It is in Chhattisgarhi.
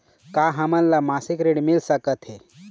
का हमन ला मासिक ऋण मिल सकथे?